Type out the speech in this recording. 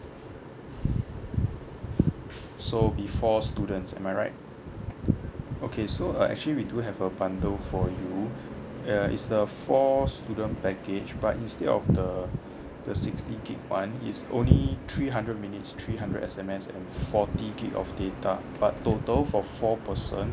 so be four students am I right okay so uh actually we do have a bundle for you err it's a four student package but instead of the the sixty gigabyte~ one is only three hundred minutes three hundred S_M_S and forty gigabyte of data but total for four person